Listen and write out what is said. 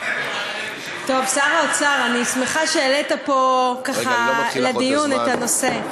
טוב שר האוצר, אני שמחה שהעלית פה לדיון את הנושא.